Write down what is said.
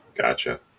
gotcha